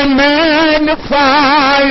magnify